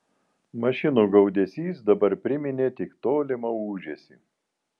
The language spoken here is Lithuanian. mašinų gaudesys dabar priminė tik tolimą ūžesį